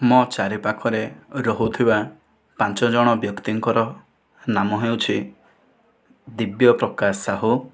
ମୋ ଚାରିପାଖରେ ରହୁଥିବା ପାଞ୍ଚଜଣ ବ୍ୟକ୍ତିଙ୍କର ନାମ ହେଉଛି ଦିବ୍ୟପ୍ରକାଶ ସାହୁ